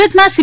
સુરતમાં સી